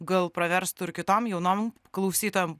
gal pravesrtų ir kitom jaunom klausytojom